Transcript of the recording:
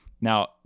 Now